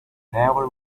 never